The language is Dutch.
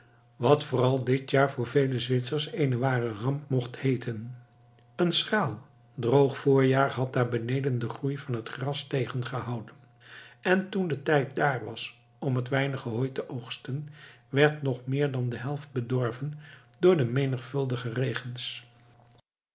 wat vooral dit jaar voor vele zwitsers eene ware ramp mocht heeten een schraal droog voorjaar had daar beneden den groei van het gras tegen gehouden en toen de tijd daar was om het weinige hooi te oogsten werd nog meer dan de helft bedorven door de menigvuldige regens